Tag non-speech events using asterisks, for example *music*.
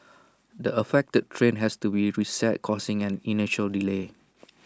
*noise* the affected train has to be reset causing an initial delay